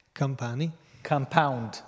compound